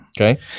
Okay